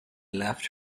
left